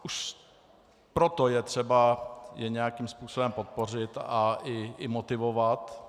Už proto je třeba je nějakým způsobem podpořit a i motivovat.